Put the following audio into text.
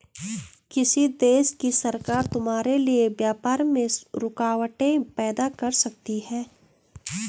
किसी देश की सरकार तुम्हारे लिए व्यापार में रुकावटें पैदा कर सकती हैं